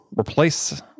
replace